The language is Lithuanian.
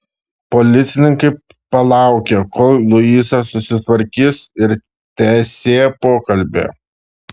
policininkai palaukė kol luiza susitvarkys ir tęsė pokalbį